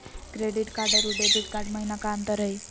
Credit card अरू debit card महिना का अंतर हई?